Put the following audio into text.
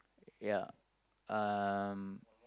ya um